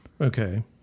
Okay